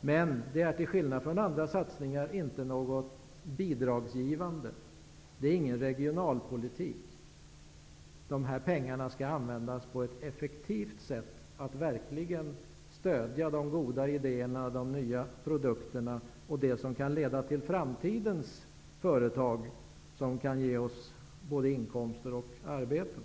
men det är till skillnad från andra satsningar inte något bidragsgivande eller någon regionalpolitisk åtgärd. De här pengarna skall användas på ett effektivt sätt till att verkligen stödja de goda idéerna och de nya produkterna, och det kan leda till framtidens företag som kan ge oss både inkomster och arbete.